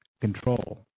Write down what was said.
control